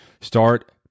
Start